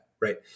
right